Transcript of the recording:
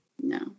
No